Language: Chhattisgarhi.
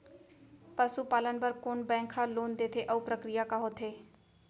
पसु पालन बर कोन बैंक ह लोन देथे अऊ प्रक्रिया का होथे?